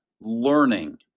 learning